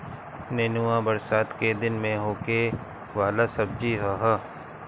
नेनुआ बरसात के दिन में होखे वाला सब्जी हअ